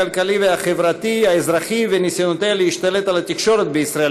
הכלכלי והחברתי האזרחי וניסיונותיה להשתלט על התקשורת בישראל,